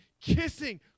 kissing